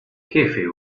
jefe